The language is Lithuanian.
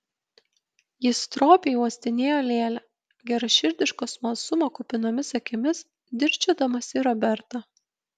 jis stropiai uostinėjo lėlę geraširdiško smalsumo kupinomis akimis dirsčiodamas į robertą